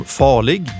farlig